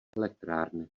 elektrárny